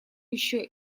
еще